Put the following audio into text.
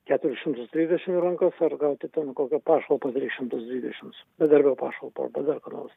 keturis šimtus trisdešim į rankas ar gauti ten kokią pašalpą tris šimtus dvidešims bedarbio pašalpą arba dar ką nors